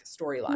storyline